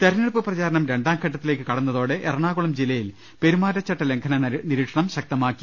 തെരഞ്ഞെടുപ്പ് പ്രചാരണം രണ്ടാംഘട്ടത്തിലേക്ക് കടന്ന തോടെ എറണാകുളം ജില്ലയിൽ പെരുമാറ്റച്ചട്ടലംഘന നിരീ ക്ഷണം ശക്തമാക്കി